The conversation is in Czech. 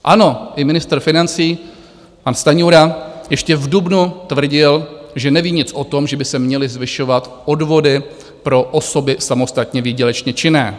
Ano, i ministr financí pan Stanjura ještě v dubnu tvrdil, že neví nic o tom, že by se měly zvyšovat odvody pro osoby samostatně výdělečně činné.